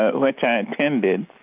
ah which i attended,